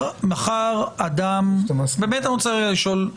אני רוצה לשאול,